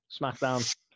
SmackDown